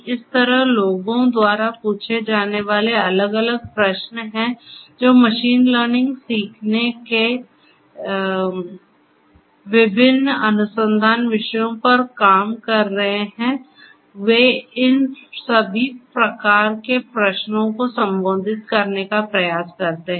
इस तरह लोगों द्वारा पूछे जाने वाले अलग अलग प्रश्न हैं जो लोग मशीन सीखने के विभिन्न अनुसंधान विषयों पर काम कर रहे हैं वे इन सभी प्रकार के प्रश्नों को संबोधित करने का प्रयास करते हैं